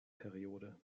periode